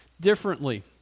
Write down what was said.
differently